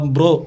Bro